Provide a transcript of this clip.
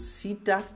sita